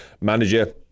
manager